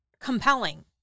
compelling